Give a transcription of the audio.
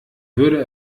würde